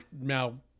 now